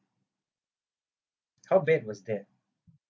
how bad was that